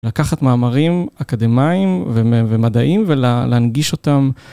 לקחת מאמרים אקדמאים ומדעיים ולהנגיש אותם...